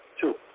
Two